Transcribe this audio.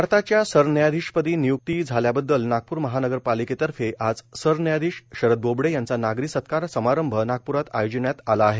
भारताच्या सरव्यायाधीश पदी वियुक्ती झाल्याबद्दल नागपूर महानगरपालिकेतर्फे आज सरव्यायाधीश शरद बोबडे यांचा नागरी सत्कार समारंभ नागपूरात आयोजिण्यात आला आहे